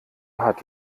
hat